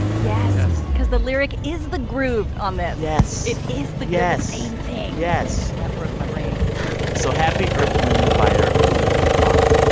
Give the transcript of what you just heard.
yes. cause the lyric is the groove on this yes it is the. yes. same thing yes that broke my brain so happy earth, wind and fire week, month,